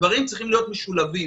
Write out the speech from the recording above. הדברים צריכים להיות משולבים,